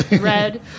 Red